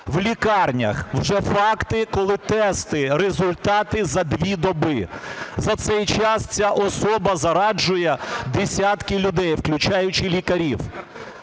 В лікарнях вже факти, коли тестів результати за дві доби. За цей час ця особа зараджує десятки людей, включаючи лікарів.